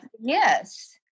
Yes